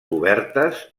cobertes